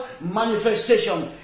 manifestation